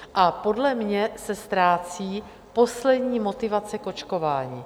A podle mě se ztrácí poslední motivace k očkování.